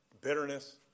bitterness